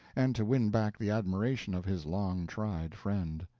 and to win back the admiration of his long-tried friend.